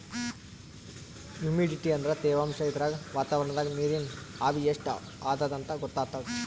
humidity ಅಂದ್ರ ತೆವಾಂಶ್ ಇದ್ರಾಗ್ ವಾತಾವರಣ್ದಾಗ್ ನೀರಿನ್ ಆವಿ ಎಷ್ಟ್ ಅದಾಂತ್ ಗೊತ್ತಾಗ್ತದ್